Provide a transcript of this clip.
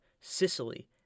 Sicily